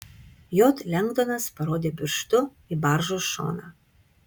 j lengdonas parodė pirštu į baržos šoną